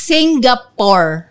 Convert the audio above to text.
Singapore